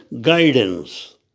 guidance